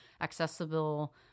accessible